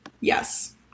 yes